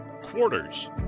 Quarters